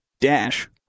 dash